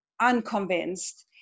unconvinced